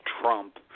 Trump